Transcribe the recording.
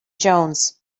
jones